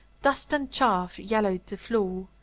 dust and chaff yellowed the floor,